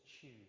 choose